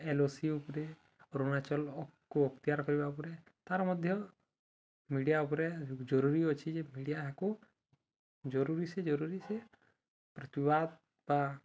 L O C ଉପରେ ଅରୁଣାଚଳକୁ ଅକ୍ତିଆର କରିବା ପରେ ତା'ର ମଧ୍ୟ ମିଡ଼ିଆ ଉପରେ ଜରୁରୀ ଅଛି ଯେ ମିଡ଼ିଆ ଏହାକୁ ଜରୁରୀ ସେ ଜରୁରୀ ସେ ପ୍ରତିିବାଦ ବା